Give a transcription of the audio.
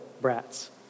brats